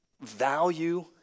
value